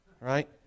right